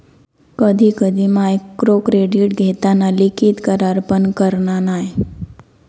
कधी कधी मायक्रोक्रेडीट घेताना लिखित करार पण करना नाय